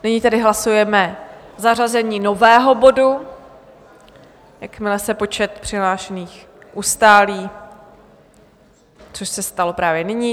Nyní tedy hlasujeme zařazení nového bodu, jakmile se počet přihlášených ustálí, což se stalo právě nyní.